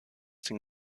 den